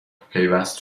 پیوست